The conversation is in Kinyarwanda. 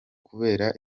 kubera